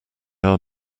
are